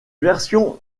version